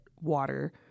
water